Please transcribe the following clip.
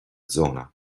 zona